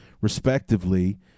respectively